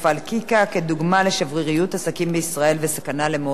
כדוגמה לשבריריות של עסקים בישראל והסכנה למאות עובדים,